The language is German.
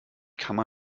kammer